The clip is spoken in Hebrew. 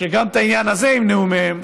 שגם את העניין הזה ימנעו מהם,